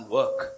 work